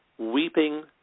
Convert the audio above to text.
Weeping